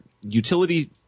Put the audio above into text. utility